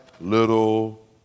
little